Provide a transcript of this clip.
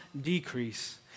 decrease